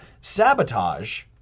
sabotage